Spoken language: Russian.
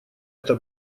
эта